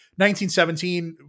1917